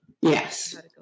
Yes